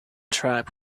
track